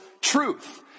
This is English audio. truth